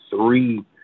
three